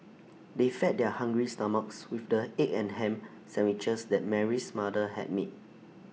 they fed their hungry stomachs with the egg and Ham Sandwiches that Mary's mother had made